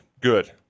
good